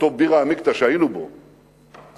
אותו בירא עמיקתא שהיינו בו אז,